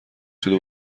شده